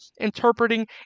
interpreting